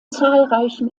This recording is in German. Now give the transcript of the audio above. zahlreichen